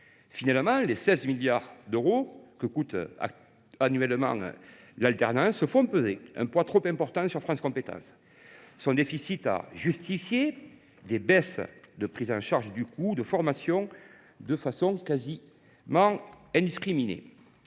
Finalement, les 16 milliards d’euros que coûte annuellement l’alternance représentent un poids trop important pour France Compétences. Le déficit de cet organisme a justifié des baisses de prise en charge du coût des formations de façon quasiment indiscriminée.